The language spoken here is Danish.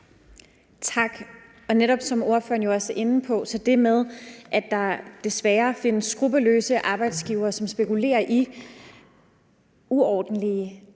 Tak. Netop som ordføreren også er inde på, er der det med, at der desværre findes skruppelløse arbejdsgivere, som spekulerer i uordentlige